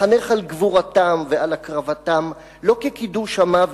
לחנך על גבורתם ועל הקרבתם, לא כקידוש המוות,